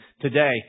today